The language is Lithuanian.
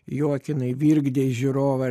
juokinai virkdei žiūrovą